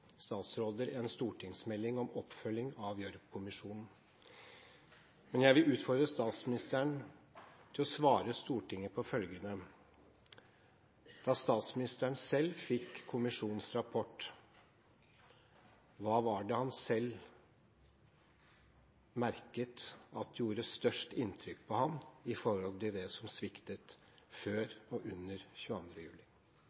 en stortingsmelding om oppfølging av Gjørv-kommisjonen. Men jeg vil utfordre statsministeren til å svare Stortinget på følgende: Da statsministeren fikk kommisjonens rapport, hva var det han selv merket at gjorde størst inntrykk på ham, med hensyn til det som sviktet før og under 22. juli?